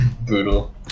Brutal